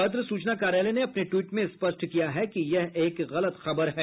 पत्र सूचना कार्यालय ने अपने ट्वीट में स्पष्ट किया है कि यह एक गलत खबर है